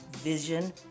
Vision